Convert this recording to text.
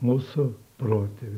mūsų protėviai